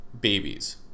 babies